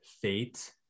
fate